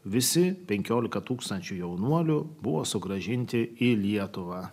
visi penkiolika tūkstančių jaunuolių buvo sugrąžinti į lietuvą